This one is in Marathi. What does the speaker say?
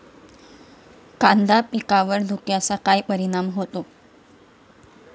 कांदा पिकावर धुक्याचा काय परिणाम होतो?